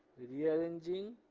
rearranging